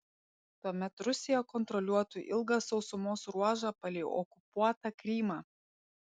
tuomet rusija kontroliuotų ilgą sausumos ruožą palei okupuotą krymą